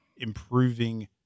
improving